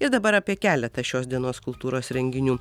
ir dabar apie keletą šios dienos kultūros renginių